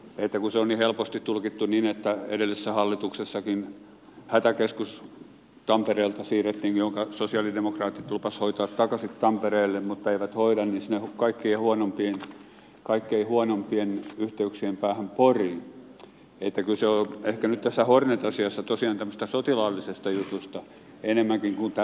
kun se on niin helposti tulkittu niin että edellisessä hallituksessakin hätäkeskus tampereelta siirrettiin jonka sosialidemokraatit lupasivat hoitaa takaisin tampereelle mutta eivät hoitaneet sinne kaikkein huonoimpien yhteyksien päähän poriin niin kyllä se on ehkä nyt tässä hornet asiassa tosiaan kyse tämmöisestä sotilaallisesta jutusta enemmänkin kuin tämmöisestä että